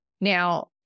Now